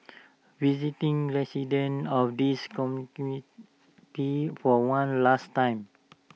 visiting residents of this community for one last time